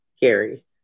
Gary